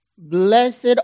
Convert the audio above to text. Blessed